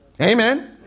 Amen